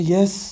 Yes